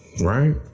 right